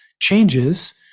changes